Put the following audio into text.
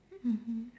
mmhmm